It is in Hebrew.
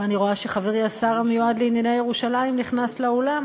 שחברי השר המיועד לענייני ירושלים נכנס לאולם.